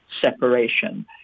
separation